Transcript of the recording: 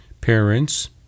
parents